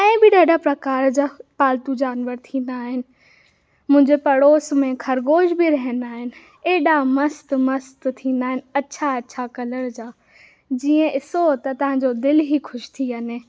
ऐं बि ॾाढा प्रकार जा पालतू जनवर थींदा आहिनि मुंहिंजे पड़ोस में खरगोश बि रहंदा आहिनि एॾा मस्तु मस्तु थींदा आहिनि अछा अछा कलरु जा जीअं ॾिसो त तव्हां जो दिलि ई ख़ुशि थी वञे